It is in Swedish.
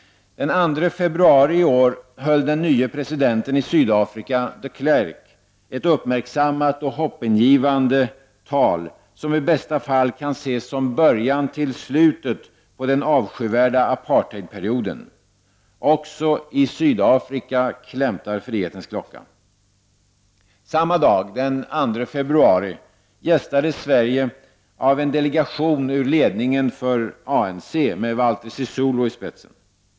Den 2 februari i år höll den nye presidenten i Sydafrika, de Klerk, ett uppmärksammat och hoppingivande tal, som i bästa fall kan ses som början till man sig ännu mot slutet på den avskyvärda apartheidperioden. Också i Sydafrika klämtar frihetens klocka. Samma dag, den 2 februari, gästades Sverige av en delegation ur ledningen för ANC med Walter Sisulu i spetsen.